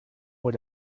what